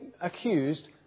accused